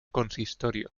consistorio